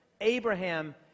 Abraham